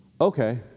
Okay